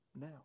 Now